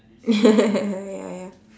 ya ya